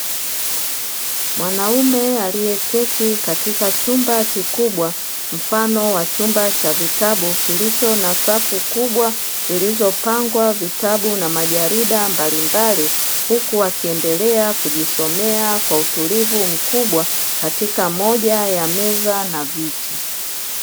Mwanaume aliyeketi katika chumba kikubwa mfano wa chumba cha vitabu kilicho na safu kubwa zilizopangwa vitabu na majarida mbalimbali, huku wakiendelea kujisomea kwa utulivu mkubwa katika moja ya meza na viti.